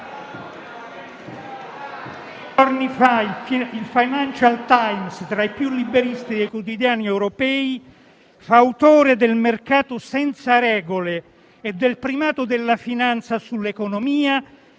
giorni fa, il «Financial Times», tra i più liberisti dei quotidiani europei, fautore del mercato senza regole e del primato della finanza sull'economia,